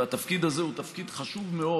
והתפקיד הזה הוא תפקיד חשוב מאוד,